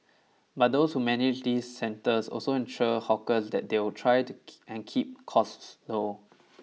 but those who manage these centres also assure hawkers that they'll try to and keep costs low